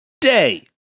day